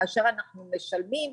כאשר אנחנו משלמים,